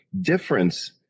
difference